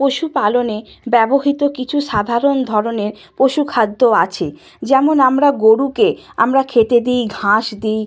পশুপালনে ব্যবহৃত কিছু সাধারণ ধরনের পশু খাদ্য আছে যেমন আমরা গরুকে আমরা খেতে দিই ঘাস দিই